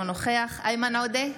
אינו נוכח איימן עודה,